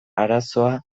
arazoa